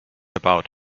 about